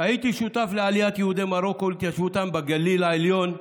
"הייתי שותף לעליית יהודי מרוקו ולהתיישבותם בגליל העליון,